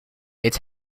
its